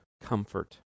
comfort